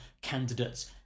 candidates